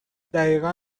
دقیقا